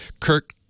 Kirk